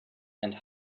and